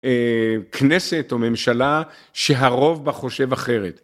כנסת או ממשלה שהרוב בה חושב אחרת.